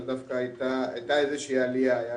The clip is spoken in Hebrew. הייתה איזושהי עלייה,